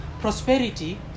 prosperity